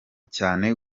cyane